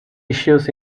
issues